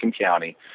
County